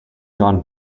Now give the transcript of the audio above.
gone